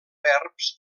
verbs